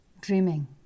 Dreaming